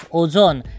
ozone